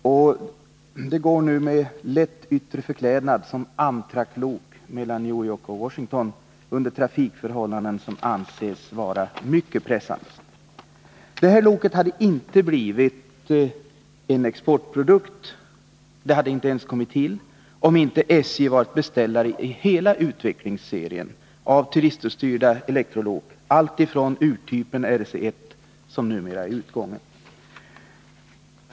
Loket går nu med lätt yttre förklädnad som Amtraklok mellan New York och Washington under trafikförhållanden som anses vara mycket pressande. Det här loket hade inte blivit en exportprodukt eller ens kommit till, om inte SJ varit beställare i hela utvecklingsserien av tyristorstyrda elektrolok alltifrån urtypen RB, som numera är utgången.